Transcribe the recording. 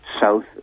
South